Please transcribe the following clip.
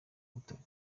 butare